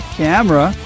camera